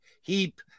heap